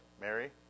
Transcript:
Mary